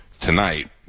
tonight